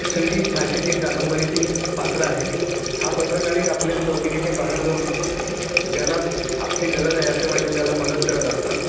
Swedish भाषेतील कादंबरीतील पात्र आहे हा पत्रकारही आपल्या चौकटीच्या बाहेर जाऊन ज्याला आपली गरज आहे असे वाटेल त्याला मदत करत असतं